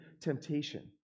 temptation